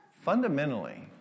Fundamentally